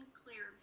clear